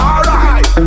Alright